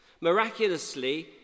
Miraculously